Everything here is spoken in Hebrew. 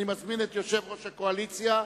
אני מזמין את יושב-ראש הקואליציה,